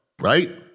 right